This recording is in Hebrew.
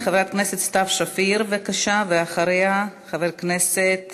חברת הכנסת סתיו שפיר, בבקשה, ואחריה, חבר הכנסת